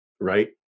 right